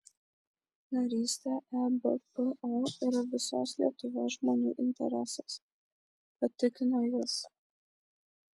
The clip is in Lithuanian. narystė ebpo yra visos lietuvos žmonių interesas patikino jis